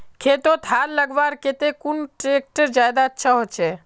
खेतोत हाल लगवार केते कुन ट्रैक्टर ज्यादा अच्छा होचए?